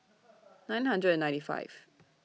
nine hundred and ninety five